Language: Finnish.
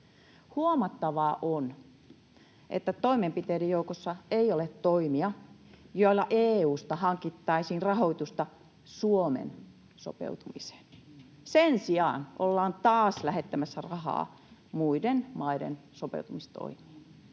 Huomattavaa on, että toimenpiteiden joukossa ei ole toimia, joilla EU:sta hankittaisiin rahoitusta Suomen sopeutumiseen. Sen sijaan ollaan taas lähettämässä rahaa muiden maiden sopeutumistoimiin.